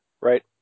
Right